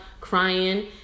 crying